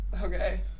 Okay